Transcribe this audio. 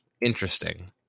Interesting